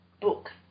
book